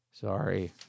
Sorry